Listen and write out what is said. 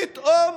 פתאום